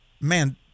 Man